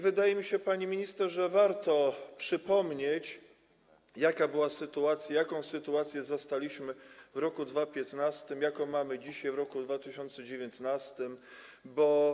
Wydaje mi się, pani minister, że warto przypomnieć, jaka była sytuacja, jaką sytuację zastaliśmy w roku 2015, jaką mamy dzisiaj, w roku 2019.